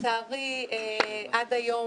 לצערי עד היום